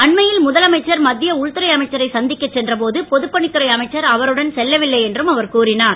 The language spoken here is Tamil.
அண்மையில் முதலமைச்சர் மத்திய உள்துறை அமைச்சரை சந்திக்க சென்ற போது பொதுப் பணித்துறை அமைச்சர் அவருடன் செல்லவில்லை என்று கூறினார்